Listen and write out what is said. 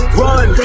run